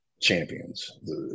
champions